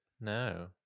No